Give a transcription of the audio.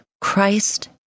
Christ